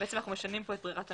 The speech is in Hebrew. אנחנו משנים כאן את ברירת המחדל.